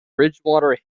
bridgewater